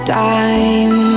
time